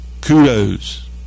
Kudos